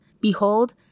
Behold